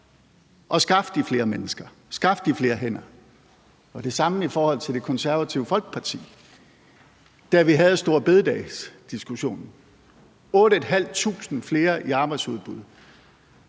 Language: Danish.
at skaffe de flere mennesker, skaffe de flere hænder – og det samme i forhold til Det Konservative Folkeparti, da vi havde storebededagsdiskussionen om 8.500 flere i arbejdsudbud.